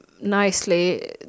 nicely